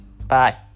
Bye